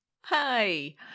Hi